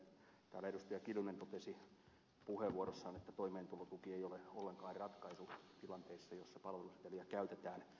kiljunen totesi puheenvuorossaan että toimeentulotuki ei ole ollenkaan ratkaisu tilanteissa joissa palveluseteliä käytetään